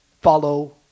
follow